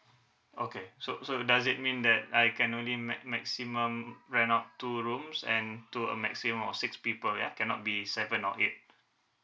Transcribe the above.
okay so so does it mean that I can only max maximum rent out two rooms and to a maximum of six people ya cannot be seven or eight